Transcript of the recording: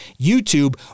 YouTube